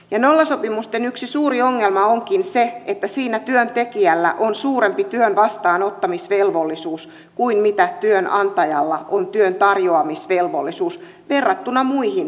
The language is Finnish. nollasopimusten yksi suuri ongelma onkin se että siinä työntekijällä on suurempi työn vastaanottamisvelvollisuus kuin työnantajalla on työn tarjoamisvelvollisuus verrattuna muihin työsuhteisiin